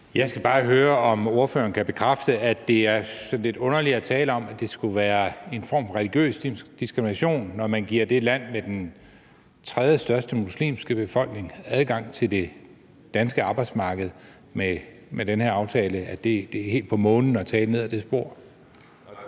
Jeg skal bare høre, om ordføreren kan bekræfte, at det er sådan lidt underligt at tale om, at det skulle være en form for religiøs diskrimination, når man giver det land, der har den tredjestørste muslimske befolkning, adgang til det danske arbejdsmarked med den her aftale. Er det helt på månen at tale ned ad det spor? Kl.